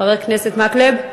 חבר הכנסת מקלב?